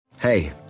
Hey